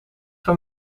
voor